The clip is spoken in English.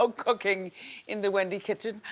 so cooking in the wendy kitchen.